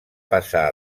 passar